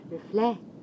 Reflect